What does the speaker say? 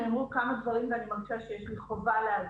נאמרו כמה דברים ואני מרגישה שיש לי חובה להגיב: